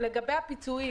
לגבי הפיצויים